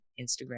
Instagram